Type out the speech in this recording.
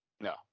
No